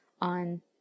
on